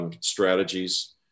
strategies